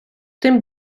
тим